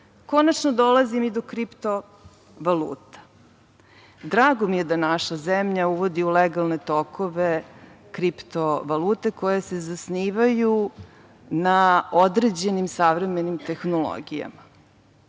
svega. Konačno dolazim i do kripto valuta. Drago mi je da naša zemlja uvodi u legalne tokove kripto valute koje se zasnivaju na određenim savremenim tehnologijama.